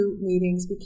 meetings